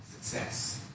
success